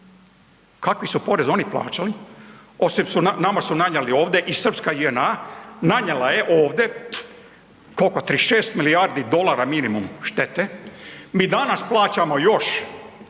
kakvi su porez oni plaćali, osim su, nama su nanijeli ovdje i srpska JNA, nanijela je ovde, kolko, 36 milijardi dolara minimum štete, mi danas plaćamo još